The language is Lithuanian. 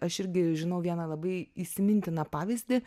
aš irgi žinau vieną labai įsimintiną pavyzdį